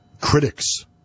critics